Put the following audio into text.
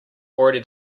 already